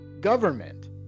government